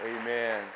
Amen